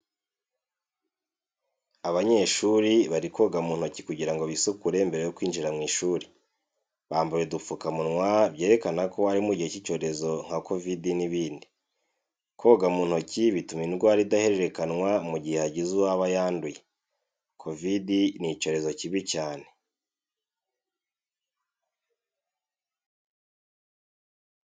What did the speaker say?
Abanyeshuri bari koga mu ntoki kugira bisukure mbere yo kwinjira mu shuri, bambaye udupfukamunwa byerekana ko ari mu gihe cy'icyorezo nka kovidi n'ibindi. Koga mu ntoki bituma indwara idahererekanwa mu gihe hagize uwaba yanduye. Kovidi ni icyorezo kibi cyane.